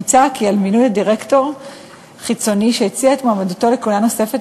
מוצע כי על מינוי דירקטור חיצוני שהציע את מועמדותו לכהונה נוספת